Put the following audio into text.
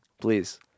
Please